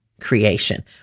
creation